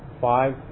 Five